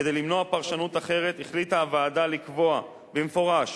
כדי למנוע פרשנות אחרת החליטה הוועדה לקבוע במפורש